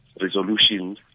resolution